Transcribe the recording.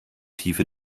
tiefe